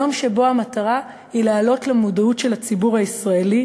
היום שמטרתו היא להעלות למודעות של הציבור הישראלי